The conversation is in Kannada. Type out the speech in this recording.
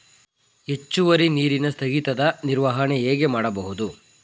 ಹೆಚ್ಚುವರಿ ನೀರಿನ ಸ್ಥಗಿತದ ನಿರ್ವಹಣೆ ಹೇಗೆ ಮಾಡಬಹುದು?